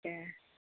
এ